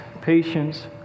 patience